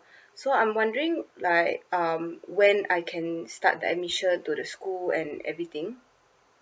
so I'm wondering like um when I can start the admission to the school and everything